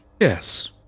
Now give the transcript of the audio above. Yes